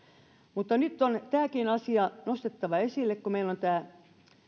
mutta nyt on tämäkin asia nostettava esille kun meillä on tämä